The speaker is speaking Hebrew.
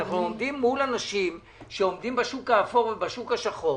אנחנו עומדים מול אנשים שעומדים בשוק האפור ובשוק השחור.